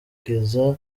gusanisha